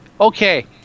Okay